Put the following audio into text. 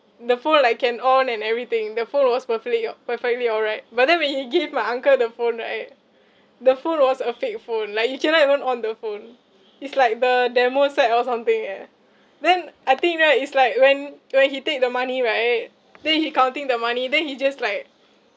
the phone like can on and everything the phone was perfectly al~ perfectly alright but then when he gave my uncle the phone right the phone was a fake phone like he cannot even on the phone is like the demo set or something eh then I think ah is like when when he take the money right then he counting the money then he just like